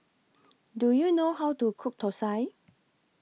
Do YOU know How to Cook Thosai